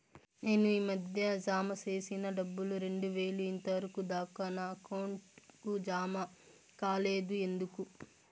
నేను ఈ మధ్య జామ సేసిన డబ్బులు రెండు వేలు ఇంతవరకు దాకా నా అకౌంట్ కు జామ కాలేదు ఎందుకు?